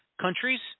countries